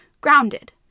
grounded